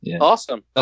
Awesome